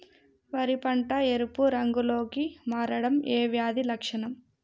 వరి పంట ఎరుపు రంగు లో కి మారడం ఏ వ్యాధి లక్షణం?